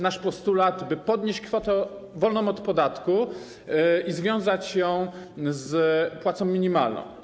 Nasz postulat jest taki, by podnieść kwotę wolną od podatku i związać ją z płacą minimalną.